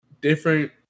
different